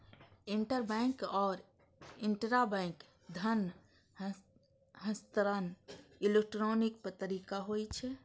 interbank आ intrabank धन हस्तांतरण इलेक्ट्रॉनिक तरीका होइ छै